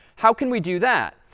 how can we do that?